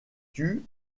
tuent